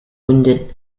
wounded